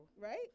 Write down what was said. Right